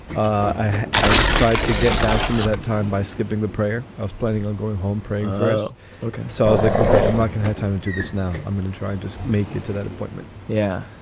i i tried to get back some of that time by skipping the prayer. i was planning on going home praying first. okay. so i was like okay i'm not going to have time to do this now. i'm going to try and just make it to that appointment yeah.